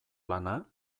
lana